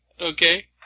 Okay